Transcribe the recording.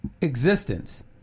existence